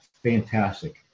Fantastic